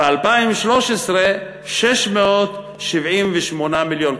ב-2013 678 מיליון,